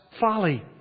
folly